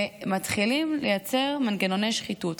ומתחילים לייצר מנגנוני שחיתות.